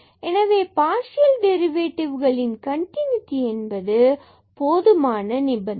எனவே பார்சியல் டெரிவேடிவ்களின் கண்டினூட்டி என்பது போதுமான நிபந்தனை